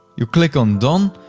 you click on done,